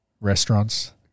restaurants